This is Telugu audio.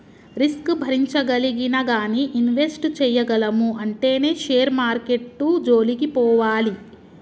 రిస్క్ భరించగలిగినా గానీ ఇన్వెస్ట్ చేయగలము అంటేనే షేర్ మార్కెట్టు జోలికి పోవాలి